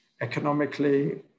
Economically